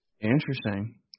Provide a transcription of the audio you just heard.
Interesting